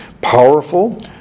powerful